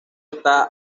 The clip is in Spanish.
está